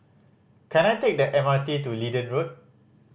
can I take the M R T to Leedon Road